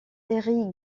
eric